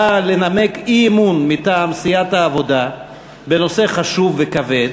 באה לנמק אי-אמון מטעם סיעת העבודה בנושא חשוב וכבד,